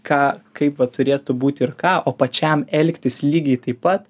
ką kaip va turėtų būt ir ką o pačiam elgtis lygiai taip pat